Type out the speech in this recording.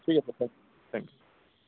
ঠিক আছে থেংকিউ